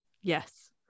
Yes